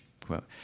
quote